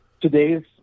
today's